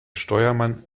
steuermann